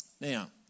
Now